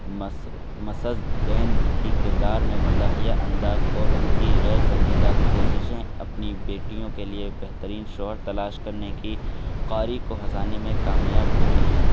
Mrs Bennet کی کردار میں مزاحیہ انداز اور ان کی غیرسنجیدہ کوششیں اپنی بیٹیوں کے لیے بہترین شوہر تلاش کرنے کی قاری کو ہنسانے میں کامیاب ہوتی ہیں